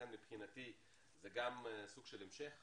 לכן מבחינתי זה גם סוג של המשך